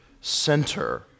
center